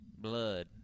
blood